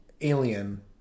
Alien